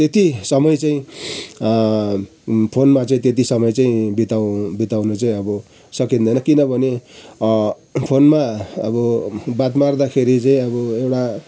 त्यति समय चाहिँ फोनमा चाहिँ त्यति समय चाहिँ बिताउ बिताउनु चाहिँ अब सकिँदैन किनभने फोनमा अब बात मार्दाखेरि चाहिँ अब एउटा